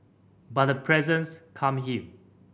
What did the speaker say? but her presence calmed him